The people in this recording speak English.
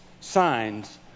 signs